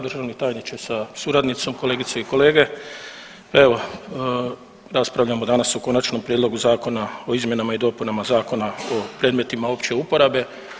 Državni tajniče sa suradnicom, kolegice i kolege, evo raspravljamo danas o Konačnom prijedlogu Zakona o izmjenama i dopunama Zakona o predmetima opće uporabe.